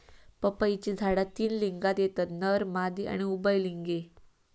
पपईची झाडा तीन लिंगात येतत नर, मादी आणि उभयलिंगी